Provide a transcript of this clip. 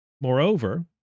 Moreover